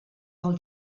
del